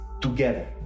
together